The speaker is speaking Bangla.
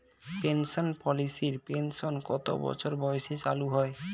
পেনশন পলিসির পেনশন কত বছর বয়সে চালু হয়?